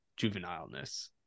juvenileness